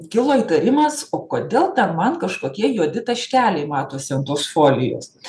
kilo įtarimas o kodėl ten man kažkokie juodi taškeliai matosi ant tos folijos